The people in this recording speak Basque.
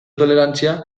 tolerantzia